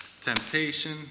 temptation